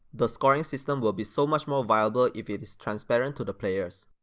the scoring system will be so much more viable if it is transparent to the players